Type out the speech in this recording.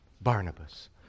Barnabas